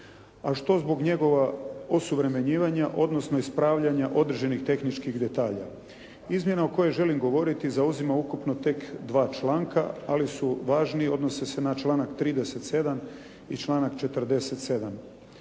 A što zbog njegova osuvremenjivanja odnosno ispravljanja određenih tehničkih detalja. Izmjena o kojoj želim govoriti zauzima ukupno tek dva članka ali su važni, odnose se na članak 37. i članak 47.